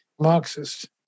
Marxist